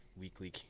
weekly